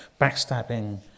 backstabbing